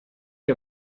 ihr